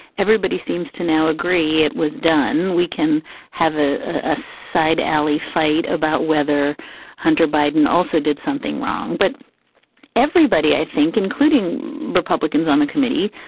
everybody seems to now agree it was done. we can have ah a side alley fight about whether hunter biden also did something wrong. but everybody, i think, including republicans on the committee,